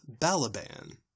Balaban